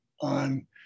on